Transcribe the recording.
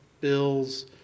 Bill's